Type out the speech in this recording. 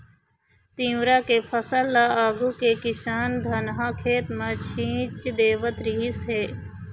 तिंवरा के फसल ल आघु के किसान धनहा खेत म छीच देवत रिहिस हे